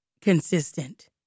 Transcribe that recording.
consistent